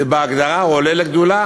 זה בהגדרה שהוא עולה לגדולה,